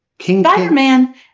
Spider-Man